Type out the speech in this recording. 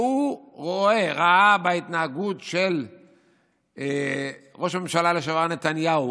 שהוא ראה בהתנהגות של ראש הממשלה לשעבר נתניהו